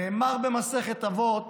נאמר במסכת אבות: